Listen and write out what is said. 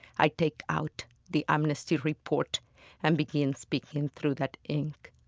i take out the amnesty report and begin speaking through that ink.